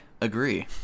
agree